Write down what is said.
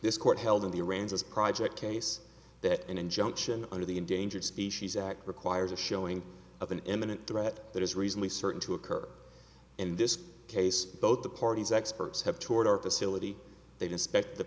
this court held in the iran's us project case that an injunction under the endangered species act requires a showing of an eminent threat that is recently certain to occur in this case both the parties experts have toured our facility they don't spect the